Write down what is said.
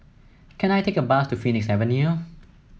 can I take a bus to Phoenix Avenue